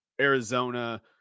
Arizona